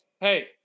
hey